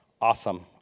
Awesome